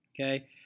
Okay